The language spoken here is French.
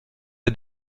est